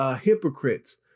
hypocrites